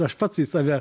aš pats į save